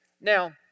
Now